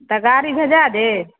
तऽ गाड़ी भेजाए दी